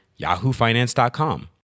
YahooFinance.com